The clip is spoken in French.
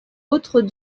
autre